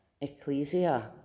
ecclesia